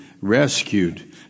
rescued